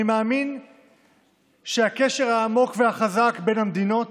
אני מאמין שהקשר העמוק והחזק בין המדינות